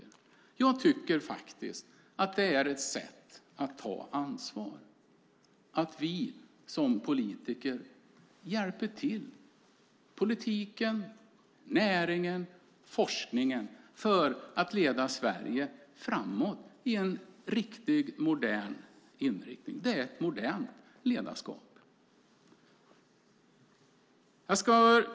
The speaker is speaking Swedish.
Jag tycker att det är ett sätt att ta ansvar att vi politiker hjälper till så att politiken, näringen och forskningen leder Sverige framåt i en modern riktning. Det är ett modernt ledarskap.